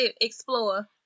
explore